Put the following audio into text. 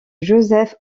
joseph